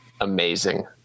amazing